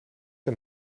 een